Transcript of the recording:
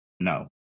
No